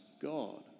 God